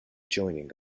joining